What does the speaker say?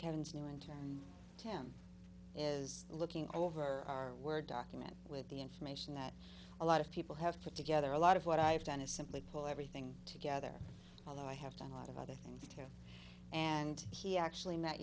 kevin's new internal tim is looking over our word document with the information that a lot of people have put together a lot of what i have done is simply pull everything together although i have done a lot of other things and he actually